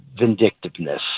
Vindictiveness